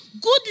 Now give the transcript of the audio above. Good